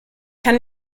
kann